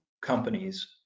companies